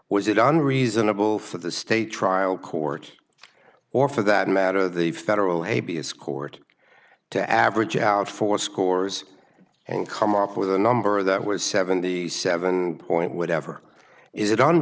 was it on reasonable for the state trial court or for that matter the federal habeas court to average out four scores and come up with a number that was seventy seven point whatever is it on